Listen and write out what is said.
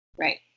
Right